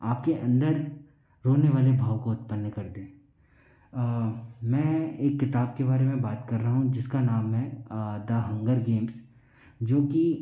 आपके अंदर रोने वाले भाव को उत्पन्न कर दे मैं एक किताब के बारे में बात कर रहा हूँ जिसका नाम है द हंगर गेम्स जो की